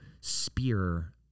spear